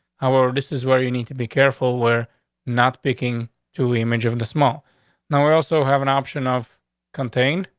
however, this is where you need to be careful. we're not picking to image of and small now. we also have an option off contained.